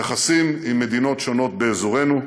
יחסים עם מדינות שונות באזורנו,